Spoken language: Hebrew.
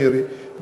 מירי,